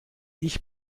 ich